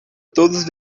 todos